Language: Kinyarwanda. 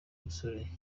musore